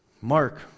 Mark